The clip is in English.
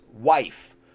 wife